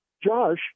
Josh